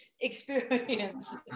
experience